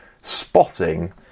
spotting